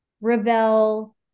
rebel